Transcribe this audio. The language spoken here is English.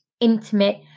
intimate